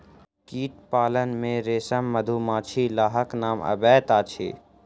कीट पालन मे रेशम, मधुमाछी, लाहक नाम अबैत अछि